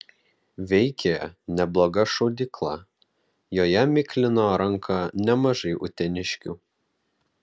veikė nebloga šaudykla joje miklino ranką nemažai uteniškių